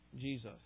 Jesus